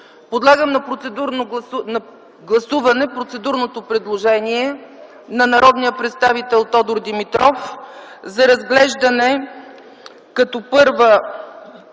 гласуване процедурното предложение на народния представител Тодор Димитров за разглеждане като първа